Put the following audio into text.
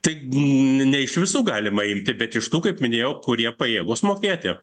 tai ne iš visų galima imti bet iš tų kaip minėjau kurie pajėgūs mokėti